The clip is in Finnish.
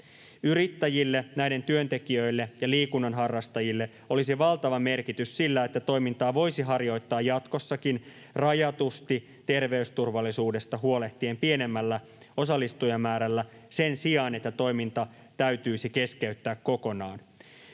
Yrittäjille, näiden työntekijöille ja liikunnan harrastajille olisi valtava merkitys sillä, että toimintaa voisi harjoittaa jatkossakin rajatusti terveysturvallisuudesta huolehtien pienemmällä osallistujamäärällä sen sijaan, että toiminta täytyisi keskeyttää kokonaan.